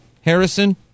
Harrison